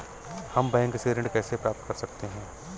हम बैंक से ऋण कैसे प्राप्त कर सकते हैं?